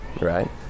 right